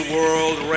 World